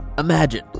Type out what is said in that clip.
Imagine